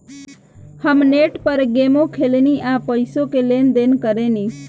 हम नेट पर गेमो खेलेनी आ पइसो के लेन देन करेनी